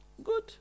good